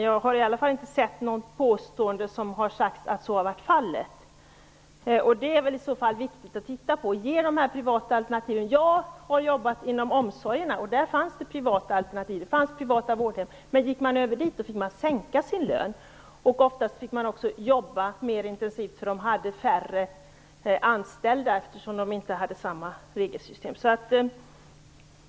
Jag har inte sett något om att det skulle vara fallet. Det är viktigt att undersöka. Jag har arbetat inom omsorgen. Där fanns det privata alternativ. Det fanns privata vårdhem. Men om man gick över dit fick man sänka sin lön. Oftast fick man också arbeta mer intensivt eftersom de hade färre anställda på grund av att de inte hade samma regelsystem.